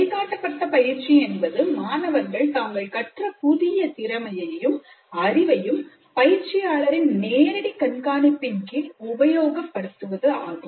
வழிகாட்டப்பட்ட பயிற்சி என்பது மாணவர்கள் தாங்கள் கற்ற புதிய திறமையையும்அறிவையும் பயிற்சியாளரின் நேரடி கண்காணிப்பின் கீழ் உபயோகப்படுத்துவது ஆகும்